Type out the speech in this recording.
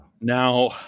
Now